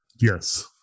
yes